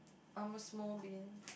I'm a small bean